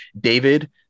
David